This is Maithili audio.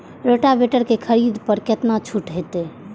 रोटावेटर के खरीद पर केतना छूट होते?